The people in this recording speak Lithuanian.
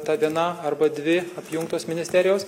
ta viena arba dvi apjungtos ministerijos